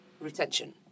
retention